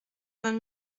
vingt